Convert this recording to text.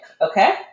Okay